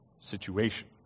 situation